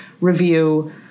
review